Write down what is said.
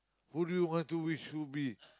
who do you want to wish who be